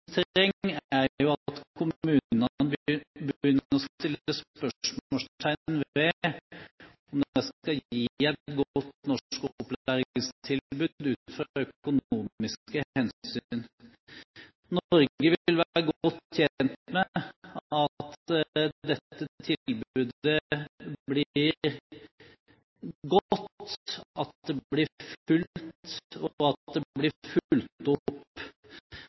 at kommunene begynner å sette spørsmålstegn ved om de skal gi et godt norskopplæringstilbud ut fra økonomiske hensyn. Norge vil være godt tjent med at dette tilbudet blir godt, at det blir fulgt og at det blir fulgt opp.